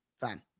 Fine